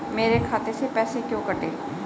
मेरे खाते से पैसे क्यों कटे?